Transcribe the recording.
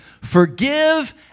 forgive